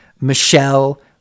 Michelle